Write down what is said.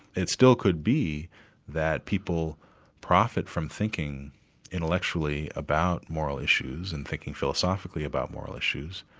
it still could be that people profit from thinking intellectually about moral issues and thinking philosophically about moral issues.